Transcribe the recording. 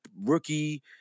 rookie